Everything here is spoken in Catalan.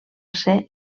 ser